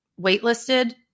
waitlisted